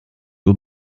uhr